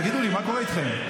תגידו לי, מה קורה איתכם?